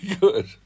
good